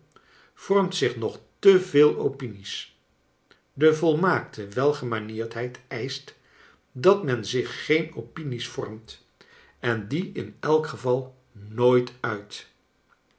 vormt zich nog te veel opinies de volmaakte welgemanierdheid eischt dat men zich geen opinies vormt en die in elk geval nooit uit